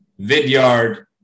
Vidyard